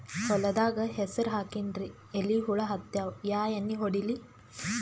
ಹೊಲದಾಗ ಹೆಸರ ಹಾಕಿನ್ರಿ, ಎಲಿ ಹುಳ ಹತ್ಯಾವ, ಯಾ ಎಣ್ಣೀ ಹೊಡಿಲಿ?